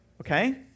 okay